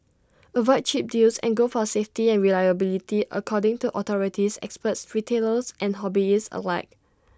avoid cheap deals and go for safety and reliability according to authorities experts retailers and hobbyists alike